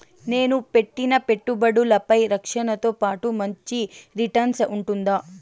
నేను పెట్టిన పెట్టుబడులపై రక్షణతో పాటు మంచి రిటర్న్స్ ఉంటుందా?